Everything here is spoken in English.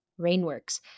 rainworks